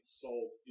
sold